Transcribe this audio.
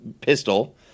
pistol